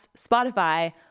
Spotify